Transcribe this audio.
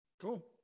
Cool